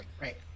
Right